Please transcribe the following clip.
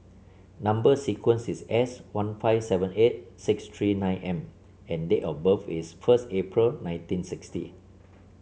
number sequence is S one five seven eight six three nine M and date of birth is first April nineteen sixty